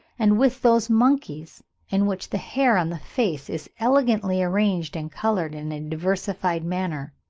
and with those monkeys in which the hair on the face is elegantly arranged and coloured in a diversified manner,